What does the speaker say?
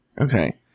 Okay